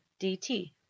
dt